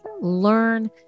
learn